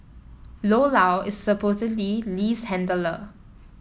Lo Lao is supposedly Lee's handler